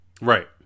Right